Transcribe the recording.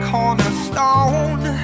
Cornerstone